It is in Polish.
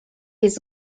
jest